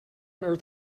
earth